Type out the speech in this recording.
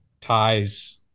ties